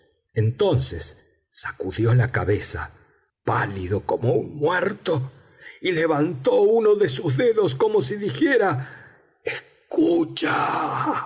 entonces sacudió la cabeza pálido como un muerto y levantó uno de sus dedos como si dijera escucha